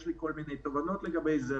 יש לי כל מיני תובנות לגבי זה,